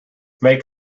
make